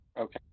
Okay